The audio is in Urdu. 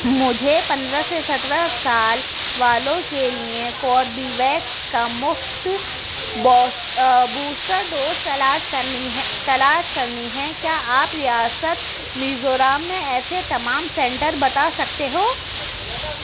مجھے پندرہ سے سترہ سال والوں کے لیے کوربیویکس کا مفت بوس بوسٹر ڈوز تلاش کرنی ہے تلاش کرنی ہے کیا آپ ریاست میزورم میں ایسے تمام سنٹر بتا سکتے ہو